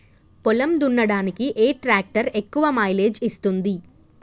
పొలం దున్నడానికి ఏ ట్రాక్టర్ ఎక్కువ మైలేజ్ ఇస్తుంది?